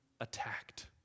attacked